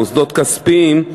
מוסדות כספיים,